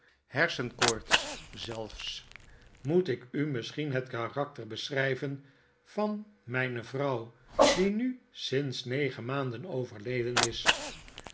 hersenkoorts zelfs moet ik u misschien het karakter beschryven van mijne vrouw die nu sinds negen maanden overleden is